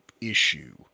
issue